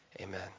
Amen